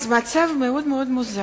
אז זה מצב מאוד-מאוד מוזר,